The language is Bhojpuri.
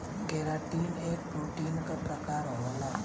केराटिन एक प्रोटीन क प्रकार होला